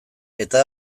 eta